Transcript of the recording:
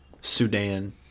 Sudan